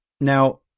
Now